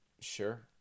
Sure